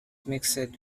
mixed